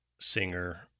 singer